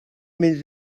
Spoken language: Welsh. mynd